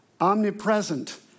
omnipresent